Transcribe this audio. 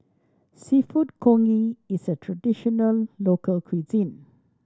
Seafood Congee is a traditional local cuisine